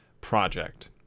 project